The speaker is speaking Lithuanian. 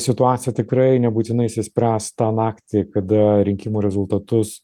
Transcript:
situacija tikrai nebūtinai išsispręs tą naktį kada rinkimų rezultatus